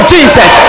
Jesus